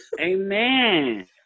Amen